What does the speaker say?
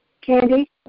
Candy